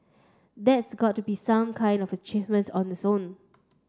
that's got to be some kind of achievement on its own